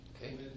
Okay